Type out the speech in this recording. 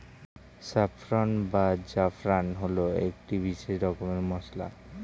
saffron বা জাফরান হল একটি বিশেষ রকমের মশলা